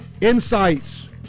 insights